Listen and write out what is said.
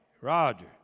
Roger